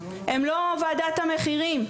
הם לא ועדת המחירים.